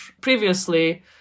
previously